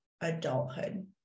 adulthood